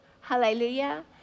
hallelujah